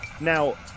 Now